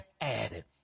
added